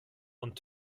und